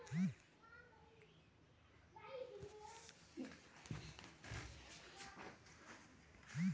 Punjab National Bank एक भारतीय राष्ट्रीयकृत बैंक हौ